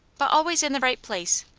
but always in the right place,